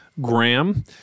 Graham